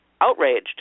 outraged